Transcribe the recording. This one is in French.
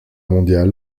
mondiale